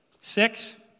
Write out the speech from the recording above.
six